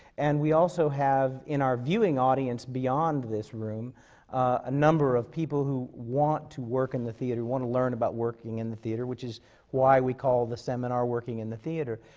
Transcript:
and we also have in our viewing audience beyond this room a number of people who want to work in the theatre, who want to learn about working in the theatre, which is why we call the seminar working in the theatre.